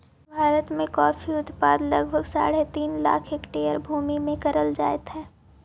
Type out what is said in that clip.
भारत में कॉफी उत्पादन लगभग साढ़े तीन लाख हेक्टेयर भूमि में करल जाइत हई